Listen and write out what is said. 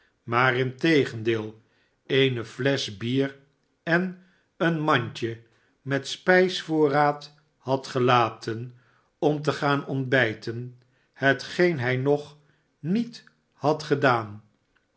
maar integendeel eene fiesch bier en een mandje met spijsvoorraad had gelaten om te gaan ontbijten hetgeen hij nog niet had gedaan